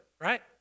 right